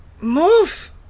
move